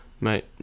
mate